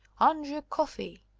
andrew coffey!